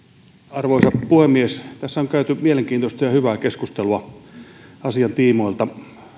arvoisa puhemies tässä on käyty mielenkiintoista ja hyvää keskustelua asian tiimoilta